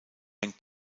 hängt